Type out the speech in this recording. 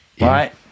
right